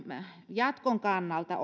jatkon kannalta